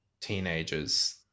teenagers